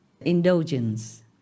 indulgence